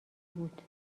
بود